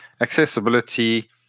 accessibility